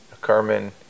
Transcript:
Carmen